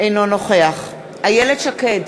אינו נוכח איילת שקד,